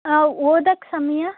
ಓದಕ್ಕೆ ಸಮಯ